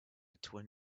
twin